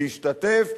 להשתתף,